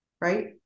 right